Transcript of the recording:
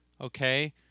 okay